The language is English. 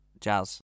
jazz